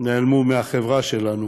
נעלמו מהחברה שלנו.